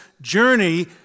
journey